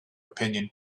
opinion